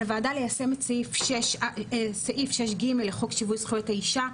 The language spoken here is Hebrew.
על הוועדה ליישם את סעיף 6(ג) לחוק שיווי זכויות האישה,